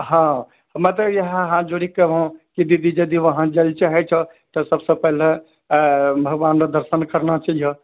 हँ हमऽ तऽ यहाँ हाथ जोड़ी कऽ कि दीदी यदि वहांँ जाए लऽ चाहै छह तऽ सबसँ पहिले भगवानके दर्शन करना चाहिए